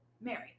Mary